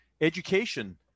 education